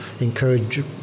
encourage